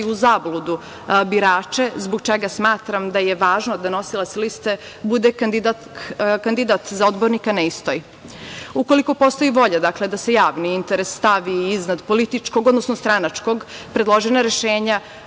u zabludu birače, zbog čega smatram da je važno da nosilac liste bude kandidat za odbornika na istoj. Ukoliko postoji volja da se javni interes stavi iznad političkog, odnosno stranačkog, predložena rešenja